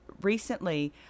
recently